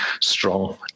strong